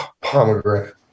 pomegranate